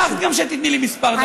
את הבטחת גם שתיתני לי כמה דקות.